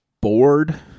bored